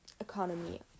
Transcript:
economy